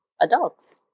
adults